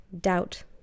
Doubt